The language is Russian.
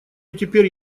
теперь